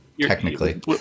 Technically